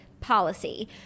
policy